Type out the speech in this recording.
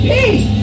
Peace